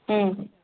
ம்